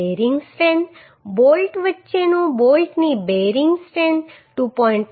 bearing strength bolt value બોલ્ટની bearing strength 2